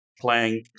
playing